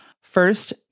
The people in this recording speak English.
first